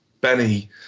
Benny